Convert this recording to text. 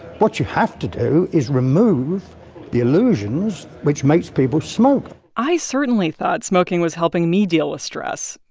what you have to do is remove the illusions which make people smoke i certainly thought smoking was helping me deal with stress.